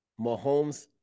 Mahomes